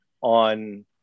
on